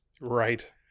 Right